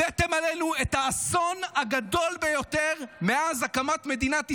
הבאתם עלינו את האסון הגדול ביותר מאז הקמת מדינת ישראל,